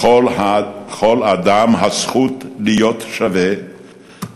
לכל אדם הזכות להיות שווה,